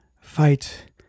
fight